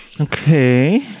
Okay